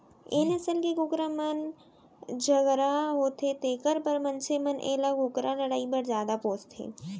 ए नसल के कुकरा मन झगरहा होथे तेकर बर मनसे मन एला कुकरा लड़ई बर जादा पोसथें